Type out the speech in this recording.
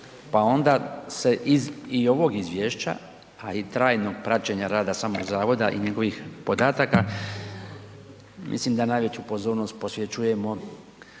Pa onda se i iz ovog izvješća a i trajnog praćenja rada samog zavoda i njegovih podataka, mislim da najveću pozornost posvećujemo